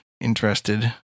interested